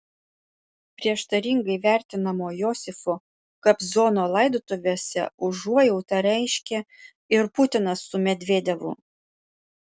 prieštaringai vertinamo josifo kobzono laidotuvėse užuojautą reiškė ir putinas su medvedevu